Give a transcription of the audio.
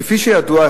כפי שידוע,